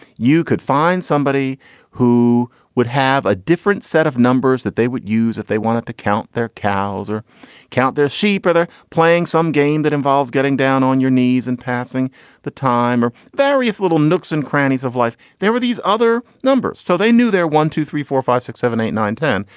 you could find somebody who would have a different set of numbers that they would use if they wanted to count their cows or count their sheep or they're playing some game that involves getting down on your knees and passing the time or various little nooks and crannies of life. there were these other numbers, so they knew there, one, two, three, four, five, six, seven, eight, nine, ten.